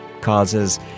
causes